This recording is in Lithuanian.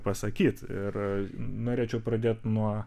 pasakyt ir norėčiau pradėt nuo